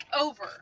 over